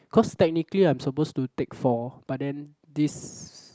cause technically I'm supposed to take four but then this